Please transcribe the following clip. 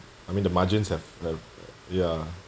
I mean the margins have have ya